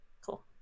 Cool